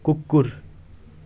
कुकुर